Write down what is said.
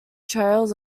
trails